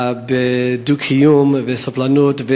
בדו-קיום ובסובלנות.